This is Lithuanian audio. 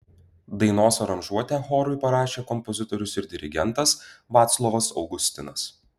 dainos aranžuotę chorui parašė kompozitorius ir dirigentas vaclovas augustinas